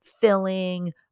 filling